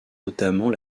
notamment